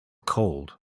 cold